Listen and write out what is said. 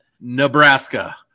Nebraska